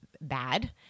bad